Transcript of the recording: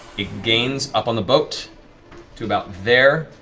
it gains up on the boat to about there.